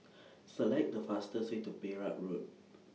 Select The fastest Way to Perak Road